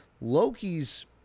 Loki's